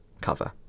cover